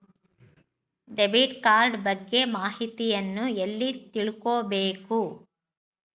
Debit card ಬಗ್ಗೆ ಮಾಹಿತಿಯನ್ನ ಎಲ್ಲಿ ತಿಳ್ಕೊಬೇಕು?